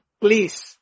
please